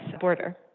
border